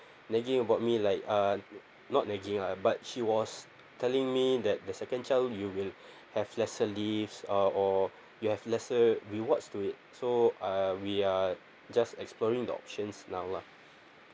nagging about me like uh not nagging lah but she was telling me that the second child you will have lesser leave are or you have lesser rewards to it so uh we are just exploring the options now lah